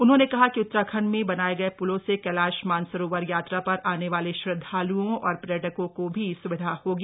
उन्होंने कहा कि उत्तराखण्ड में बनाए गए प्लों से कैलाश मानसरोवर यात्रा पर आने वाले श्रद्धाल्ओं और पर्यटकों को भी स्विधा होगी